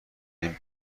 این